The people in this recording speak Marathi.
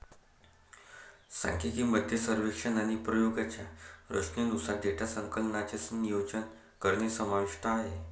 सांख्यिकी मध्ये सर्वेक्षण आणि प्रयोगांच्या रचनेनुसार डेटा संकलनाचे नियोजन करणे समाविष्ट आहे